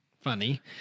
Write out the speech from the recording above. Funny